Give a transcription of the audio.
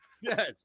yes